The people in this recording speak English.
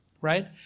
right